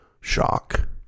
shock